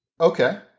Okay